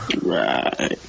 Right